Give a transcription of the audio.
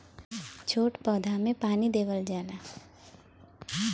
छोट पौधा में पानी देवल जाला